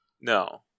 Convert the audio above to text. No